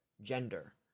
gender